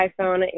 iPhone